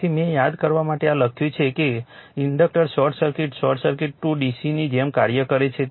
તેથી મેં યાદ કરવા માટે આ લખ્યું છે કે inductors short circuit short circuit to ડીસીની જેમ કાર્ય કરે છે